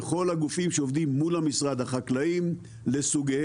בכל הגופים שעובדים מול המשרד, החקלאים לסוגיהם,